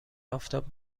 آفتاب